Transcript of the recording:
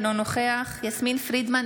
אינו נוכח יסמין פרידמן,